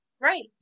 Right